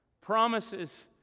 promises